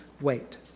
wait